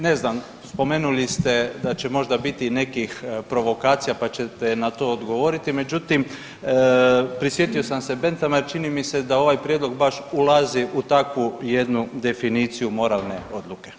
Ne znam, spomenuli ste da će možda biti nekih provokacija, pa ćete na to odgovoriti, međutim, prisjetio sam se Benthama jer čini mi se da ovaj prijedlog baš ulazi u takvu jednu definiciju moralne odluke.